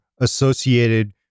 associated